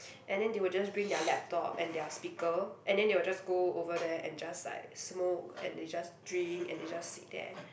and then they will just bring their laptop and their speaker and then they will just go over there and just like smoke and they just drink and they just sit there